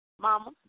Mama